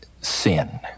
sin